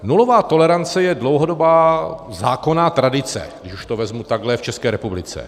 Nulová tolerance je dlouhodobá zákonná tradice, když už to vezmu takhle, v České republice.